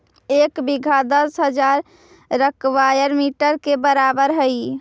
एक बीघा दस हजार स्क्वायर मीटर के बराबर हई